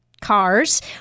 cars